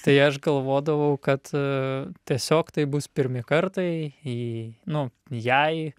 tai aš galvodavau kad tiesiog tai bus pirmi kartai į nu jai